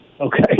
okay